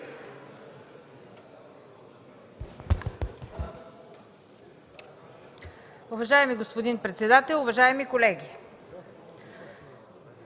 Уважаеми господин председател, уважаеми колеги!